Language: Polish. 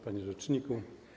Panie Rzeczniku!